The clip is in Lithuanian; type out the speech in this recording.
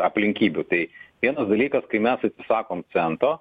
aplinkybių tai vienas dalykas kai mes sakom cento